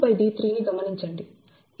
d2d3 ని గమనించండి